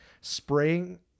Spraying